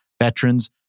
veterans